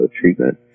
treatment